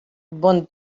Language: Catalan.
bon